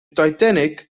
titanic